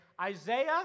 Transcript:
Isaiah